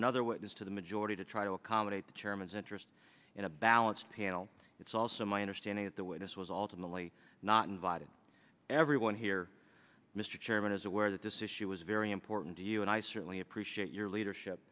another witness to the majority to try to accommodate the chairman's interest in a balanced panel it's also my understanding that the witness was ultimately not invited everyone here mr chairman is aware that this issue is very important to you and i certainly appreciate your leadership